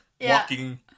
walking